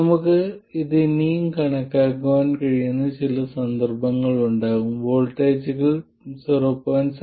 നമുക്ക് ഇത് ഇനിയും കണക്കാക്കാൻ കഴിയുന്ന ചില സന്ദർഭങ്ങൾ ഉണ്ടാകും വോൾട്ടേജുകൾ 0